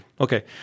Okay